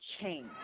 change